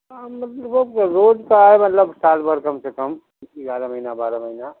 کا مطلب وہ اپنا روز کا ہے مطلب سال بھر کم سے کم گیارہ مہینہ بارہ مہینہ